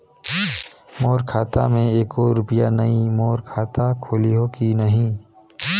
मोर खाता मे एको रुपिया नइ, मोर खाता खोलिहो की नहीं?